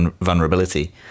vulnerability